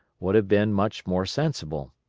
would have been much more sensible.